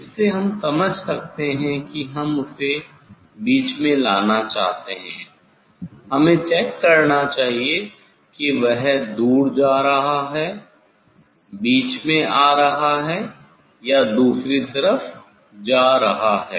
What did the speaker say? इस से हम समझते है की हम उसे मध्य में लाना चाहते हैं हमे चेक करना चाहिए की वह दूर जा रहा है मध्य में आ रहा है या इस दूसरी तरफ जा रहा है